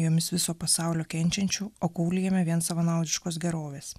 jomis viso pasaulio kenčiančių o kaulijame vien savanaudiškos gerovės